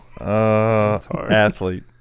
athlete